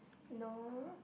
no